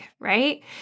right